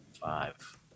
five